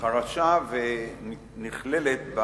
חרשה נכללת,